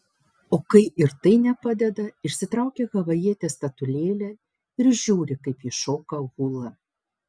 o kai ir tai nepadeda išsitraukia havajietės statulėlę ir žiūri kaip ji šoka hulą